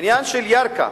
העניין של ירכא,